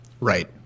Right